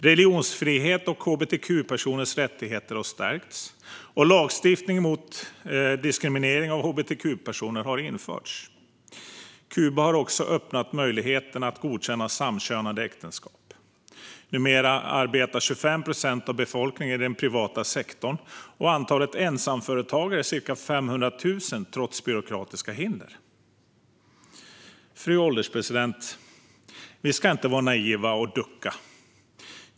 Religionsfrihet och hbtq-personers rättigheter har stärkts, och lagstiftning mot diskriminering av hbtq-personer har införts. Kuba har också öppnat för möjligheten att godkänna samkönade äktenskap. Numera arbetar 25 procent av befolkningen i den privata sektorn, och antalet ensamföretagare är ca 500 000 - trots byråkratiska hinder. Fru ålderspresident! Vi ska inte vara naiva och ducka.